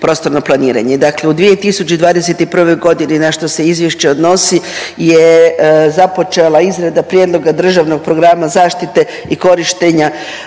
prostorno planiranje, dakle u 2021.g. na što se izvješće odnosi je započela izrada Prijedloga državnog programa zaštite i korištenja